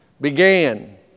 began